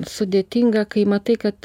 sudėtinga kai matai kad